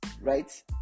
right